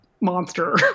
monster